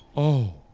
oh.